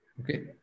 Okay